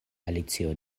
alicio